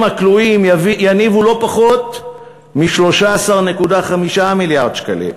הכלואים תניב לא פחות מ-13.5 מיליארד שקלים,